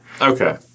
Okay